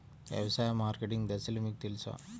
వ్యవసాయ మార్కెటింగ్ దశలు మీకు తెలుసా?